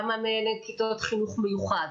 כמה מהם הם כיתות חינוך מיוחד?